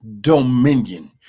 dominion